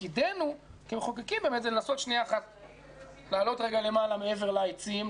תפקידנו כמחוקקים הוא באמת לנסות לעלות מעבר לעצים,